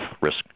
risk